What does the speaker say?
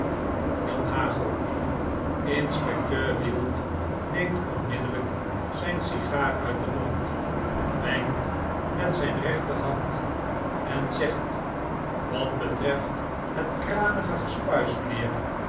janhagel inspecteur wield neemt onmiddellyk zyn sigaar uit den mond wenkt met zyn rechterhand en zegt wat betreft het kranige gespuis mynheer